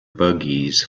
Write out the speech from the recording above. buggies